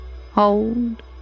Hold